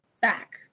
back